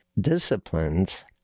disciplines